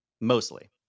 Mostly